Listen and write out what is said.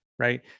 right